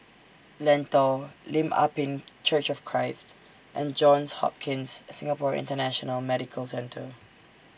Lentor Lim Ah Pin Church of Christ and Johns Hopkins Singapore International Medical Centre